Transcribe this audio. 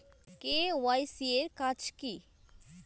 KYC এর কাজ কি?